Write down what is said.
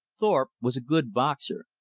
thorpe was a good boxer,